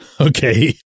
okay